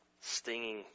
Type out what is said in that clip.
stinging